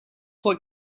what